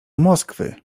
moskwy